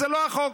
זה לא החוק.